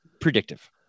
predictive